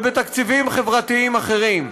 ובתקציבים חברתיים אחרים.